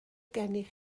gennych